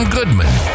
Goodman